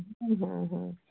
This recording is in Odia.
ହଁ ହଁ ହଁ